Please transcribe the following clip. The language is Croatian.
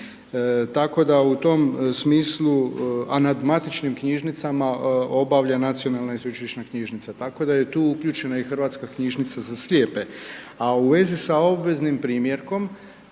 Tako da u tom smislu a nad matičnim knjižnica obavlja Nacionalna i sveučilišna knjižnica, tako da je i tu uključena i Hrvatska knjižnica za slijepe. A u vezi s obveznim primjerkom,